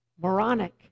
moronic